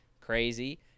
crazy